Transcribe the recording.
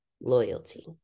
loyalty